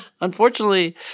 unfortunately